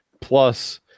plus